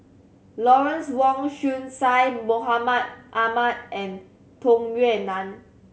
Lawrence Wong Shyun Tsai Mahmud Ahmad and Tung Yue Nang